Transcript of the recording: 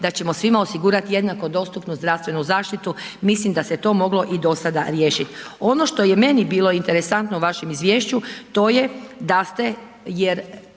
da ćemo svima osigurati jednako dostupnu zdravstvenu zaštitu, mislim da se to moglo i do sada riješiti. Ono što je meni bilo interesantno u vašem izvješću, to je da ste jer